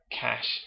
Cash